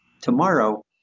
tomorrow